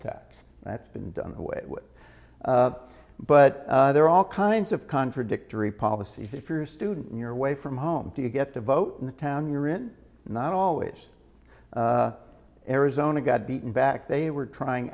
tax that's been done the way but there are all kinds of contradictory policies if you're a student and you're away from home do you get to vote in the town you're in not always arizona got beaten back they were trying